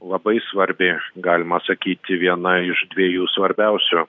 labai svarbi galima sakyti viena iš dviejų svarbiausių